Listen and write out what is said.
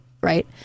right